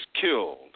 killed